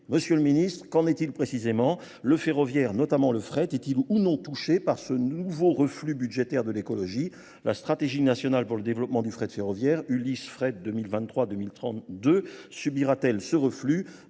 Monsieur le ministre, qu'en est-il précisément ? Le ferroviaire, notamment le fret, est-il ou non touché par ce nouveau reflux budgétaire de l'écologie ? La stratégie nationale pour le développement du fret ferroviaire, Ulysse fret 2023-2032, subira-t-elle ce reflux ?